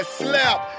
slap